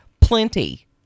Plenty